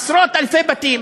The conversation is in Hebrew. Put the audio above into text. עשרות-אלפי בתים